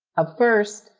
up first,